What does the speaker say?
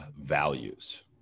values